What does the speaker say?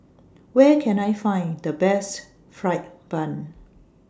Where Can I Find The Best Fried Bun